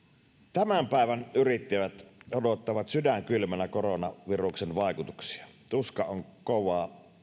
tämän päivän yrittäjät odottavat sydän kylmänä koronaviruksen vaikutuksia tuska on kova